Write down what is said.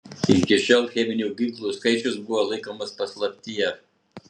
iki šiol cheminių ginklų skaičius buvo laikomas paslaptyje